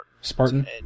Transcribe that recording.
Spartan